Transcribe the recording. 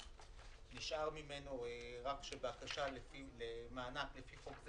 נשארה ממנו בקשה: "בקשה למענק לפי חוק זה